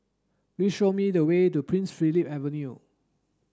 please show me the way to Prince Philip Avenue